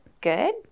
good